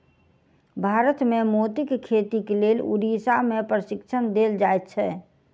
भारत मे मोतीक खेतीक लेल उड़ीसा मे प्रशिक्षण देल जाइत छै